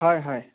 হয় হয়